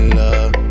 love